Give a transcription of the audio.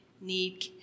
need